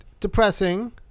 depressing